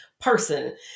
person